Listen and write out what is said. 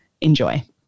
enjoy